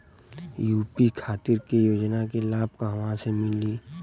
UP खातिर के योजना के लाभ कहवा से मिली?